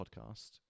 podcast